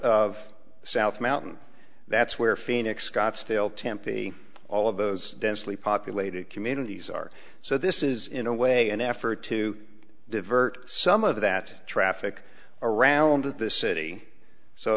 of south amount and that's where phoenix scottsdale tempe all of those densely populated communities are so this is in a way an effort to divert some of that traffic around the city